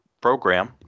program